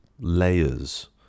layers